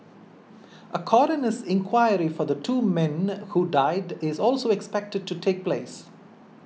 a coroner's inquiry for the two men who died is also expected to take place